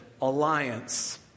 alliance